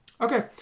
Okay